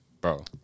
bro